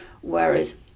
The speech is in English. Whereas